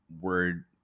word